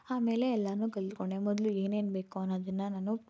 ಆಮೇಲೆ ಎಲ್ಲನೂ ಕಲಿತ್ಕೊಂಡೆ ಮೊದಲು ಏನೇನು ಬೇಕು ಅನ್ನೋದನ್ನು ನಾನು